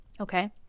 Okay